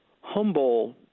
humble